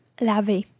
laver